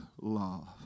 love